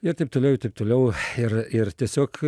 ir taip toliau ir taip toliau ir ir tiesiog